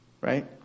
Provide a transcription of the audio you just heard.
right